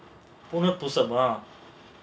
புனர்பூசமா:punarpoosamaa